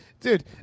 dude